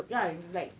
ya like